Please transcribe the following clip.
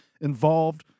involved